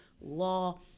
law